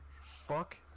fuck